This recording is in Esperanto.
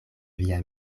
via